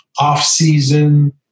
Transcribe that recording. off-season